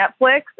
Netflix